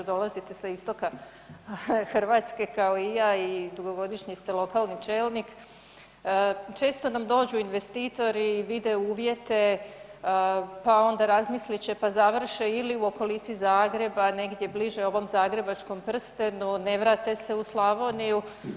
Dolazite sa istoka Hrvatske kao i ja i dugogodišnji ste lokalni čelnik, često nam dođu investitori, vide uvjete pa onda razmislit će pa završe ili u okolici Zagreba, negdje bliže ovom zagrebačkom prstenu, ne vrate se u Slavoniju.